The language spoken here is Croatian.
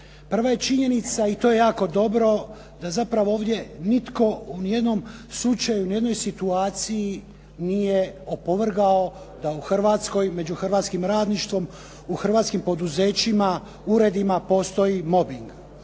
Prva je činjenica i to je jako dobro da zapravo ovdje nitko u nijednom slučaju, nijednom situaciji nije opovrgao da u Hrvatskoj, među hrvatskim radništvom u hrvatskim poduzećima, uredima postoji mobing.